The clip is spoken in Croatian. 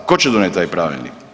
Tko će donijeti taj pravilnik?